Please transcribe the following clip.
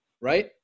right